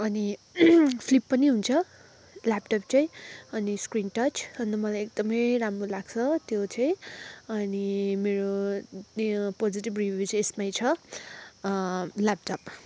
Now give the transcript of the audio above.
अनि फ्लिप पनि हुन्छ ल्यापटप चाहिँ अनि स्क्रिन टच अन्त मलाई एकदमै राम्रो लाग्छ त्यो चाहिँ अनि मेरो पोजेटिभ रिभ्यू चाहिँ यसमै छ ल्यापटप